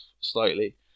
slightly